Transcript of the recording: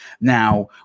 Now